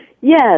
Yes